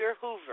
Hoover